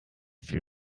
viel